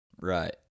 Right